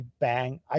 bang